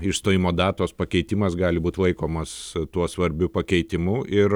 išstojimo datos pakeitimas gali būt laikomas tuo svarbiu pakeitimu ir